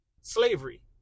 slavery